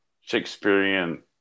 Shakespearean